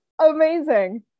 Amazing